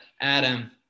Adam